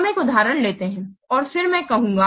हम एक उदाहरण लेते हैं और फिर मैं कहूंगा